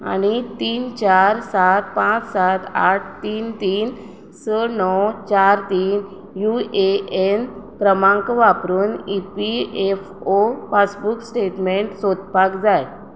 आनी तीन चार सात पाच सात आठ तीन तीन स णव चार तीन यू ए एन क्रमांक वापरून E P F O passbook statement सोदपाक जाय